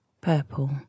purple